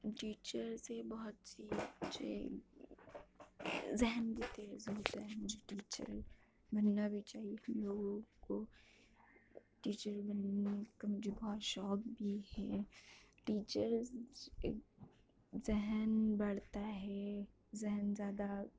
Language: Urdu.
ٹیچر سے بہت سی ذہن بھی تیز ہوتا ہے مجھے ٹیچر بننا بھی چاہیے لوگوں کو ٹیچر بننے کا مجھے بہت شوق بھی ہے ٹیچر ایک ذہن بڑھتا ہے ذہن زیادہ